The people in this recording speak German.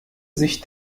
sich